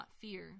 fear